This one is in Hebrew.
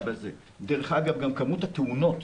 דרך אגב גם כמות התאונות,